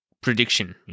prediction